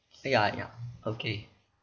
ya ya okay